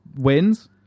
wins